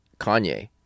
Kanye